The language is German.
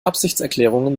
absichtserklärungen